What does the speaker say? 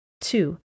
Two